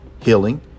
healing